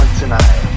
tonight